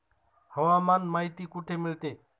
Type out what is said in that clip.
हवामान माहिती कुठे मिळते?